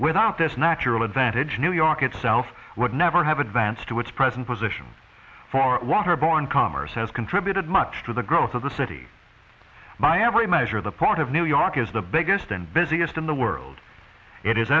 without this natural advantage new york itself would never have advanced to its present position for waterborne commerce has contributed much to the growth of the city by every measure the proud of new york is the biggest and busiest in the world it is